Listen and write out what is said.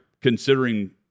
considering